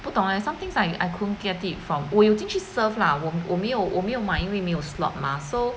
不懂 eh some things I I couldn't get it from 我有进去 surf lah 我没有我没有买因为没有 slot 嘛 so